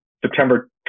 September